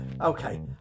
Okay